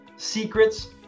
Secrets